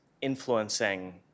influencing